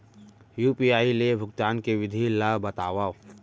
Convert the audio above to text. UPI ले भुगतान के विधि ला बतावव